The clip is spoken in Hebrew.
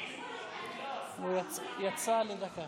הוא יצא לדקה.